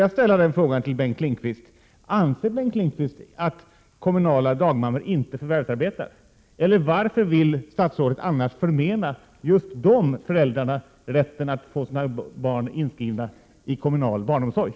Jag ställer följande fråga till Bengt Lindqvist: Anser Bengt Lindqvist att kommunala dagmammor inte förvärvsarbetar — varför vill statsrådet annars förmena just de föräldrarna rätten att få sina barn inskrivna i den kommunala barnomsorgen?